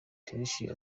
tricia